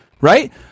right